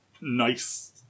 nice